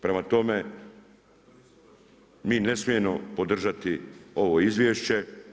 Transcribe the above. Prema tome, mi ne smijemo podržati ovo izvješće.